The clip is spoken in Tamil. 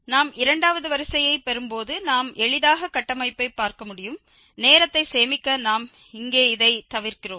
நாம் இரண்டாவது வரிசையை பெறும் போது நாம் எளிதாக கட்டமைப்பை பார்க்க முடியும் நேரத்தை சேமிக்க நாம் இங்கே இதை தவிர்க்கிறோம்